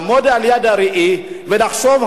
לעמוד מול הראי ולחשוב,